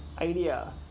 idea